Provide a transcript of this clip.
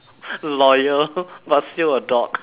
loyal but still a dog